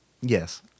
Yes